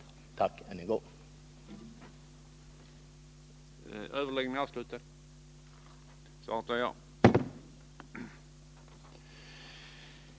Jag tackar än en gång för svaret.